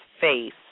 face